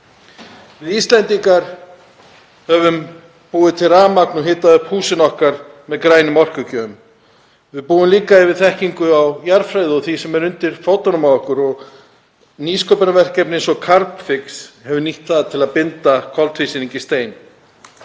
Við Íslendingar höfum búið til rafmagn og hitað upp húsin okkar með grænum orkugjöfum. Við búum líka yfir þekkingu á jarðfræði og því sem er undir fótunum á okkur og nýsköpunarverkefni eins og Carbfix hefur nýtt það til að binda koltvísýring í stein.